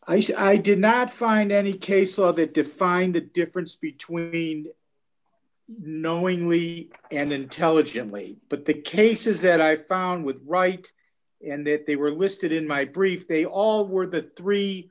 of i did not find any case law that defined the difference between the knowingly and intelligently but the cases that i found with right in that they were listed in my brief they all were that three